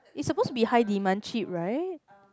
it's supposed to be high demand cheap right